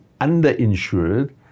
underinsured